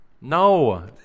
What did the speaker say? No